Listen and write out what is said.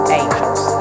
angels